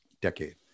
decade